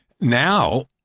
Now